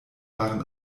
waren